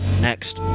next